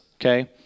okay